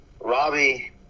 Robbie